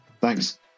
Thanks